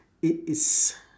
it is